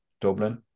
Dublin